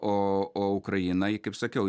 o o ukrainai kaip sakiau